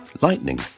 lightning